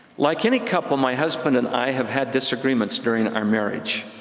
like any couple, my husband and i have had disagreements during our marriage.